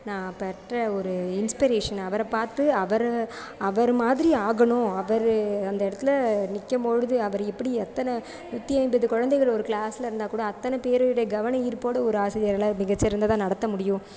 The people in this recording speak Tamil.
நான் பெற்ற ஒரு இன்ஸ்பிரேஷன் அவரை பார்த்து அவர் அவர் மாதிரி ஆகணும் அவர் அந்த இடத்துல நிற்கம்பொழுது அவர் எப்படி அத்தனை நூற்றி ஐம்பது குழந்தைங்கள் ஒரு க்ளாஸ்சில் இருந்தால்க்கூட அத்தனை பேருடைய கவன ஈர்ப்போடு ஒரு ஆசிரியர்களாக மிகச்சிறந்ததாக நடத்த முடியும்